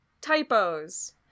typos